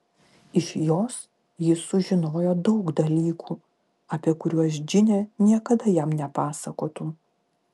iš jos jis sužinojo daug dalykų apie kuriuos džinė niekada jam nepasakotų